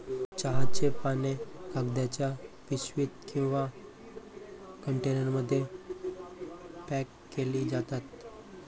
चहाची पाने कागदाच्या पिशवीत किंवा कंटेनरमध्ये पॅक केली जातात